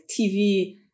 TV